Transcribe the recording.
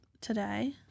today